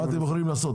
מה אתם יכולים לעשות?